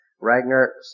Ragnar